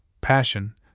passion